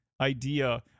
idea